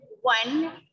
one